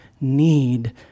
need